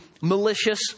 malicious